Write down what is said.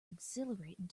exhilarating